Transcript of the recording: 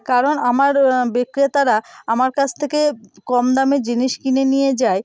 কারণ আমার বিক্রেতারা আমার কাছ থেকে কম দামে জিনিস কিনে নিয়ে যায়